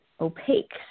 opaque